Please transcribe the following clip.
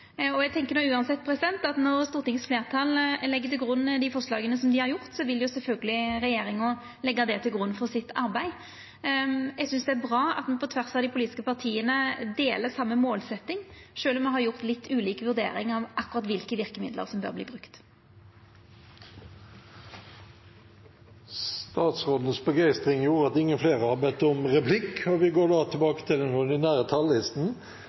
Eg tenkjer då uansett at når Stortingets fleirtal legg til grunn dei forslaga som dei har gjort, vil sjølvsagt regjeringa leggja det til grunn for sitt arbeid. Eg synest det er bra at me på tvers av dei politiske partia deler same målsetting, sjølv om me har gjort litt ulike vurderingar av akkurat kva for verkemiddel som bør brukast. Statsrådens begeistring gjorde at ingen flere har bedt om replikk, og vi går da tilbake til den ordinære